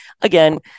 again